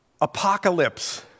Apocalypse